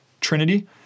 Trinity